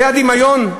זה הדמיון?